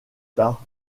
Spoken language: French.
tard